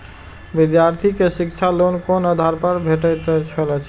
विधार्थी के शिक्षा लोन कोन आधार पर भेटेत अछि?